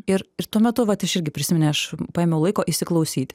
ir ir tuo metu vat aš irgi prisimini aš paėmiau laiko įsiklausyt